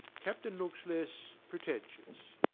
captain looks less pretentious.